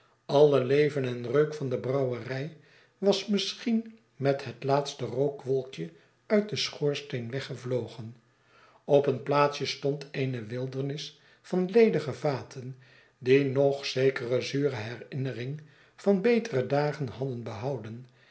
alle leven en reuk van de brouwerij was misschien met het laatste rookwolkje uit den schoorsteen weggevlogen op een plaatsjestond eene wildernis van ledige vaten die nog zekere zure herinnering van betere dagen hadden behouden